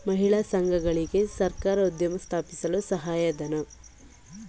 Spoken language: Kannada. ಮಹಿಳಾ ಸಂಘಗಳಿಗೆ ಸರ್ಕಾರ ಉದ್ಯಮ ಸ್ಥಾಪಿಸಲು ಸಹಾಯಧನ ನೀಡುತ್ತಿದೆ